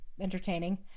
entertaining